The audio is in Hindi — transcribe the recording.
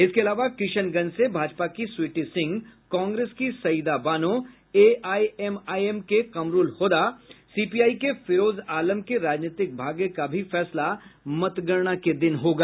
इसके अलावा किशनगंज से भाजपा की स्वीटी सिंह कांग्रेस की सईदा बानो एआईएमआईएम के कमरूल होदा और सीपीआई के फिरोज आलम के राजनीतिक भाग्य का भी फैसला मतगणना के दिन होगा